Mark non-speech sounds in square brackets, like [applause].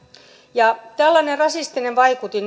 ja mikä tällainen rasistinen vaikutin [unintelligible]